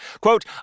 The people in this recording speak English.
Quote